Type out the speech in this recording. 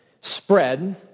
spread